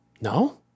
No